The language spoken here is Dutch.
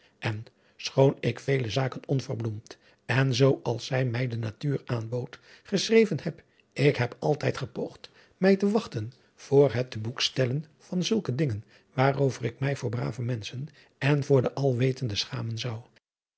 en schoon ik vele zaken onverbloemd en zoo als zij mij de natuur aanbood geschreven heb ik heb altijd gepoogd mij te wachten voor het te boekstellen van zulke dingen waarover ik mij voor brave menschen en voor den alwetenden schamen